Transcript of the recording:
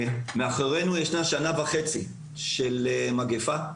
מאחורינו שנה וחצי של מגפה,